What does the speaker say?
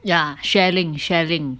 ya sharing sharing